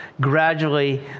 gradually